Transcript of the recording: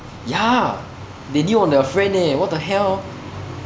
ya they kneel on their friend eh what the hell